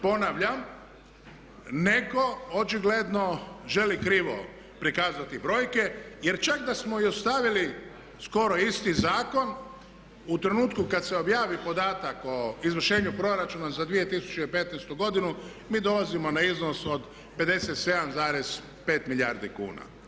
Ponavljam, netko očigledno želi krivo prikazati brojke jer čak da smo i ostavili skoro isti zakon u trenutku kad se objavi podatak o izvršenju proračuna za 2015.godinu mi dolazimo na iznos od 57,5 milijardi kuna.